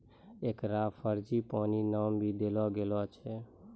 एकरा फ़्रेंजीपानी नाम भी देलो गेलो छै